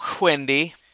Wendy